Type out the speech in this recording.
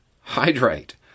hydrate